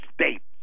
States